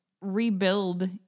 rebuild